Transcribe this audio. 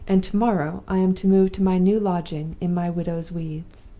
and to-morrow i am to move to my new lodging in my widow's weeds.